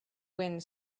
wind